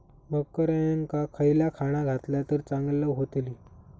बकऱ्यांका खयला खाणा घातला तर चांगल्यो व्हतील?